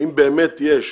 האם באמת יש.